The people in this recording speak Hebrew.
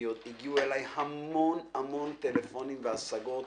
הגיעו אליי המון-המון טלפונים והשגות